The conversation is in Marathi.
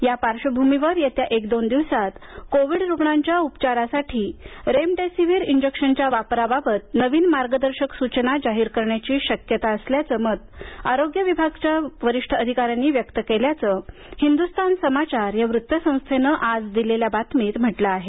या पार्श्वभूमीवर येत्या एक दोन दिवसांत कोविड रुग्णांच्या उपचारासाठी रेमडेसिविर इंजेक्शनच्या वापराबाबत नवीन मार्गदर्शक सूचना जाहीर करण्याची शक्यता असल्याचं मत आरोग्य विभागच्या वरिष्ठ अधिकाऱ्यांनी व्यक्त केल्याचं हिंद्स्तान समाचार या वृत्त संस्थेनं आज दिलेल्या बातमीत म्हटलं आहे